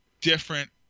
different